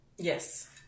Yes